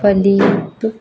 flip